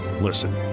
listen